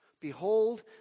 Behold